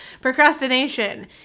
Procrastination